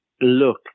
look